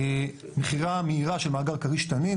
מכירה מהירה של מאגר כריש/תנין,